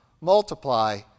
multiply